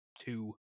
two